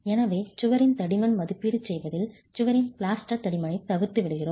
எனவே சுவரின் தடிமன் மதிப்பீடு செய்வதில் சுவரின் பிளாஸ்டர் தடிமனைத் தவிர்த்து விடுகிறோம்